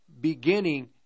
beginning